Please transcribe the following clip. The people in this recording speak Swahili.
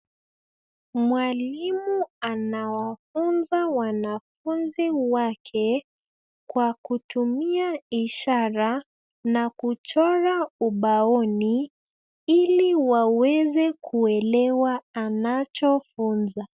Mwalimu anawafunza wanafunzi wake, kwa kutumia ishara na kuchora ubaoni ili waweze kuelewa anachofunza.